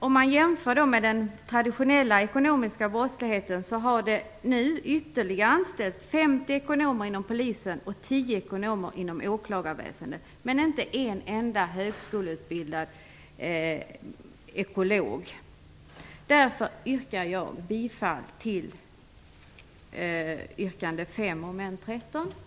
Om man jämför med den traditionella ekonomiska brottsligheten har det ytterligare anställts 50 ekonomer inom polisen och 10 ekonomer inom åklagarväsendet, men inte en enda högskoleutbildad ekolog. Därför yrkar jag bifall till reservation 5 avseende mom. 13.